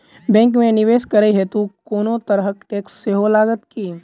Bank मे निवेश करै हेतु कोनो तरहक टैक्स सेहो लागत की?